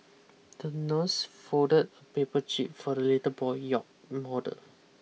the nurse folded a paper jib for the little boy yacht model